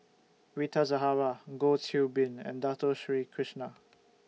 Rita Zahara Goh Qiu Bin and Dato Sri Krishna